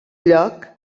lloc